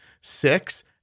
six